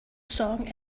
song